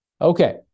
Okay